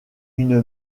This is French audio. une